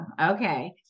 okay